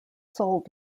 sold